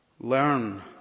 Learn